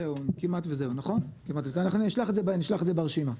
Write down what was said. אנחנו נשלח את זה ברשימה.